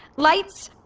lights.